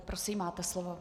Prosím, máte slovo.